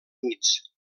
units